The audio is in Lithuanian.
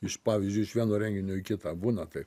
iš pavyzdžiui iš vieno renginio į kitą būna taip